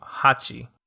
Hachi